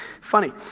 Funny